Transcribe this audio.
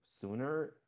sooner